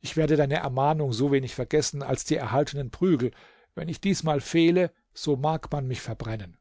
ich werde deine ermahnung so wenig vergessen als die erhaltenen prügel wenn ich diesmal fehle so mag man mich verbrennen